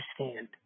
understand